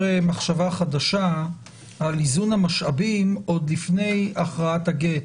מחשבה חדשה על איזון המשאבים עוד לפני הכרעת הגט.